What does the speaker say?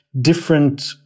different